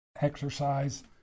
exercise